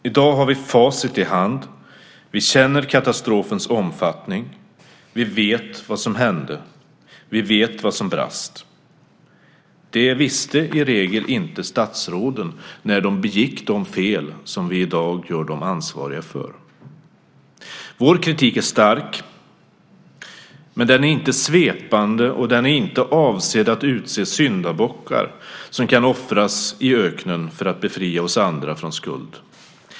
I dag har vi facit i hand. Vi känner katastrofens omfattning. Vi vet vad som hände. Vi vet vad som brast. Det visste i regel inte statsråden, när de begick de fel som vi i dag gör dem ansvariga för. Vår kritik är stark, men den är inte svepande, och den är inte avsedd att utse syndabockar som kan offras i öknen för att befria oss andra från skuld.